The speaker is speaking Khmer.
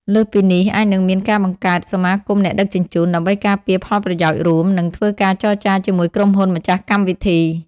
លើសពីនេះ អាចនឹងមានការបង្កើត សមាគមអ្នកដឹកជញ្ជូន ដើម្បីការពារផលប្រយោជន៍រួម និងធ្វើការចរចាជាមួយក្រុមហ៊ុនម្ចាស់កម្មវិធី។